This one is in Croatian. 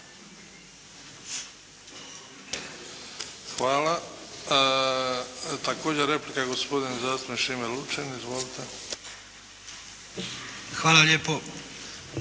Hvala. Također replika gospodin zastupnik Šime Lučin. Izvolite. **Lučin,